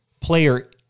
player